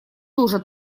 тоже